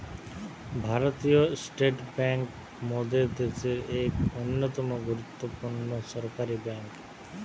ভারতীয় state bank মোদের দ্যাশের এক অন্যতম গুরুত্বপূর্ণ সরকারি বেঙ্ক